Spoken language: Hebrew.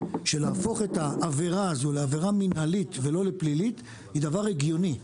של להפוך את העבירה הזאת לעבירה מנהלית ולא לפלילית היא דבר הגיוני.